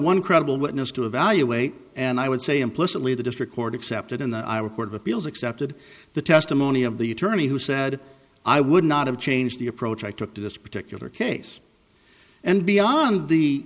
one credible witness to evaluate and i would say implicitly the district court accepted and i would court of appeals accepted the testimony of the attorney who said i would not have changed the approach i took to this particular case and beyond the